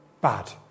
bad